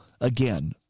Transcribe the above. again